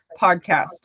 podcast